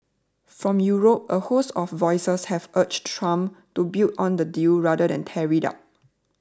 from Europe a host of voices have urged Trump to build on the deal rather than tear it up